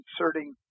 inserting